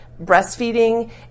breastfeeding